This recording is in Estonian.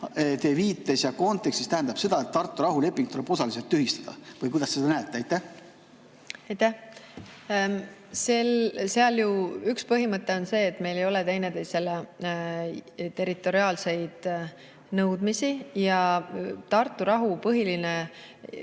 Tartu rahuleping tuleb osaliselt tühistada või kuidas te seda näete? Aitäh! Seal ju üks põhimõte on see, et meil ei ole teineteisele territoriaalseid nõudmisi. Tartu rahu põhiline